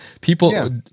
people